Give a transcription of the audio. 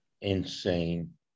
Insane